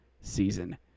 season